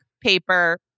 paper